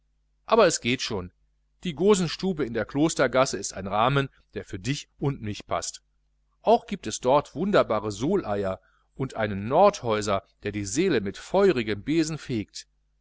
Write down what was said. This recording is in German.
aber es geht schon die gosenstube in der klostergasse ist ein rahmen der für dich und mich paßt auch giebt es dort wunderbare sooleier und einen nordhäuser der die seele mit feurigem besen fegt